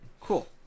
Cool